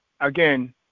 again